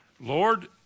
Lord